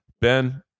ben